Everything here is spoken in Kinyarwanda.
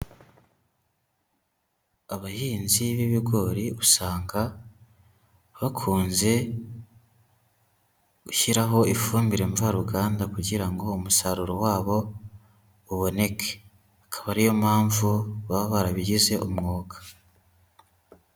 Abahinzi b'ibigori usanga bakunze gushyiraho ifumbire mvaruganda kugira ngo umusaruro wabo uboneke. Akaba ari yo mpamvu baba barabigize umwuga.